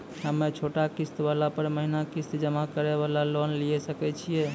हम्मय छोटा किस्त वाला पर महीना किस्त जमा करे वाला लोन लिये सकय छियै?